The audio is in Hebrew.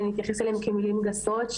שנתייחס אליהן כמילים גסות,